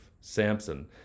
Samson